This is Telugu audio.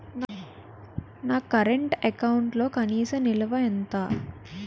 నా కరెంట్ అకౌంట్లో కనీస నిల్వ ఎంత?